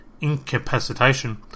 incapacitation